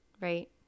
Right